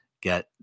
get